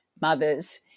mothers